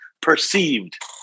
perceived